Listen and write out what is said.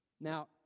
Now